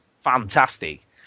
fantastic